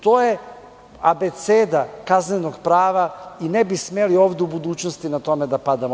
To je abeceda kaznenog prava i ne bi smeli ovde u budućnosti na tome da padamo.